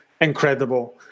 incredible